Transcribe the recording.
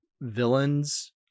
villains